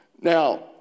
Now